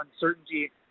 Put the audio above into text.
uncertainty